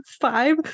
five